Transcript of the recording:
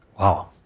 Wow